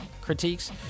critiques